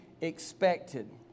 expected